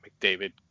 mcdavid